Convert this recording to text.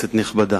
כנסת נכבדה,